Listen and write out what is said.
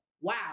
wow